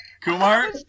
Kumar